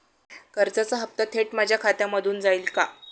कर्जाचा हप्ता थेट माझ्या खात्यामधून जाईल का?